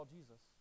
Jesus